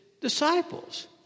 disciples